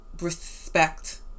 respect